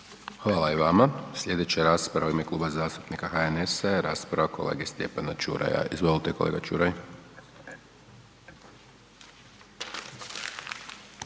Hvala i vama. Sljedeća rasprava u ime Kluba zastupnika HNS-a je rasprava kolege Stjepana Čuraja. Izvolite kolega Čuraj.